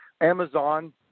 Amazon